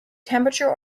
temperature